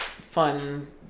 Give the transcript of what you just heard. fun